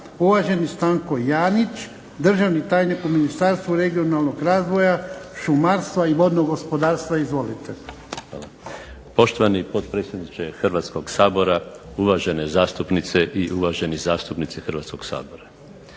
Uvaženi Stanko Janić, državni tajnik u Ministarstvu regionalnog razvoja, šumarstva i vodnog gospodarstva. Izvolite. **Janić, Stanko** Poštovani potpredsjedniče Hrvatskog sabora, uvažene zastupnice i uvaženi zastupnici Hrvatskog sabora.